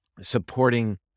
supporting